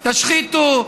תשחיתו,